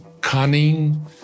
cunning